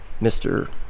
Mr